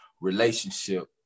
relationship